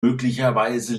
möglicherweise